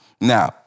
Now